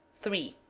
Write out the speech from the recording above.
three.